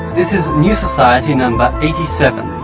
this is new society number eighty seven,